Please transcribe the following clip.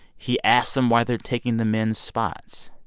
he asks them why they're taking the men's spots.